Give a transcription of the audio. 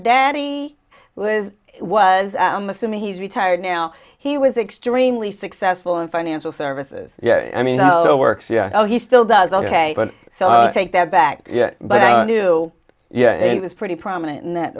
daddy was was i'm assuming he's retired now he was extremely successful in financial services yeah i mean the works yeah well he still does ok but so i take that back yeah but i do yeah it was pretty prominent in that